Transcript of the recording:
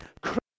Christ